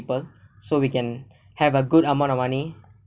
so we can have a good amount of money